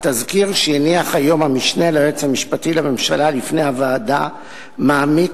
"התזכיר שהניח היום המשנה ליועץ המשפטי לממשלה בפני הוועדה מעמיק